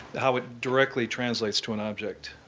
how it directly translates to an object.